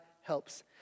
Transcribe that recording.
helps